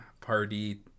party